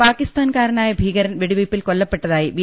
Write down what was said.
പാക്കിസ്ഥാൻകാരനായ ഭീകരൻ വെടിവെ യ്പിൽ കൊല്ലപ്പെട്ടതായി ബി